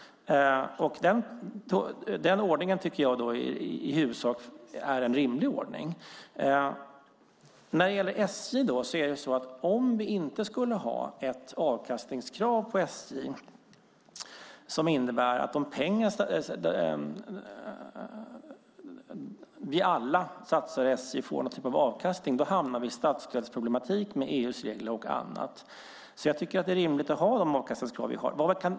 Det är, tycker jag, en i huvudsak rimlig ordning. Om vi inte skulle ha ett avkastningskrav på SJ, som innebär att de pengar som satsas i SJ får någon typ av avkastning, hamnar vi i statsstödsproblem med EU:s regler och annat. Det är rimligt att ha de avkastningskrav som finns.